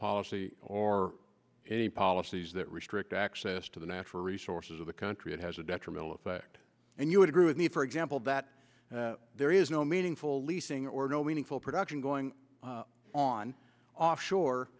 policy or any policies that restrict access to the natural resources of the country it has a detrimental effect and you would agree with me for example that there is no meaningful leasing or no meaningful production going on offshore